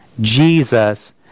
Jesus